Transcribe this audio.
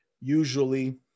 usually